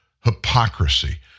hypocrisy